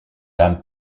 lame